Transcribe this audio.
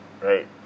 right